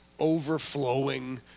overflowing